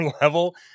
level